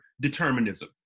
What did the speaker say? determinism